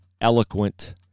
eloquent